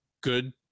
good